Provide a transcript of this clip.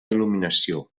il·luminació